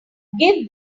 give